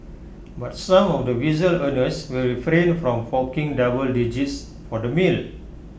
but some of the visual earners will refrain from forking double digits for the meal